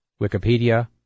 Wikipedia